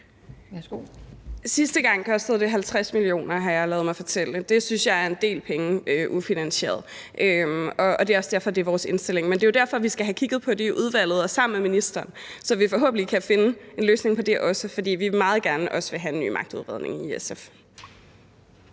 Sidste gang kostede det 50 mio. kr., har jeg ladet mig fortælle. Det synes jeg er en del penge, når det er ufinansieret, og det er derfor, det er vores indstilling, og det er derfor, vi skal have kigget på det i udvalget sammen med ministeren, så vi forhåbentlig også kan finde en løsning på det, for i SF vil vi også meget gerne have en ny magtudredning. Kl.